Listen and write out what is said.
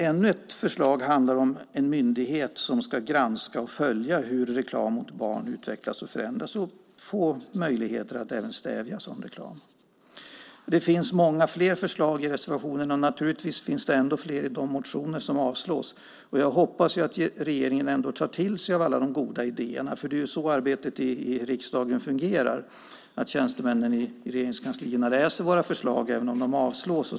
Ett annat förslag handlar om en myndighet som ska granska och följa hur reklam mot barn utvecklas och förändras och få möjligheter att även stävja sådan reklam. Det finns många fler förslag i reservationerna, och naturligtvis finns det ännu fler i de motioner som avstyrks. Jag hoppas att regeringen ändå tar till sig av de goda idéerna. Det är så arbetet i riksdagen fungerar. Tjänstemännen i Regeringskansliet läser våra förslag även om de avslås.